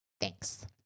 Thanks